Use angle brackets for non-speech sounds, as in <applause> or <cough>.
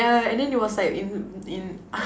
ya and then it was like in in <noise>